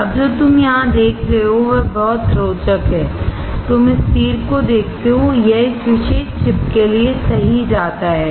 अब जो तुम यहां देख रहे हो वह बहुत रोचक है तुम इस तीर को देखते हो यह इस विशेष चिप के लिए सही जाता है